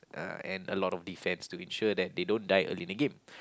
uh and a lot of defence to ensure that they don't die early in the game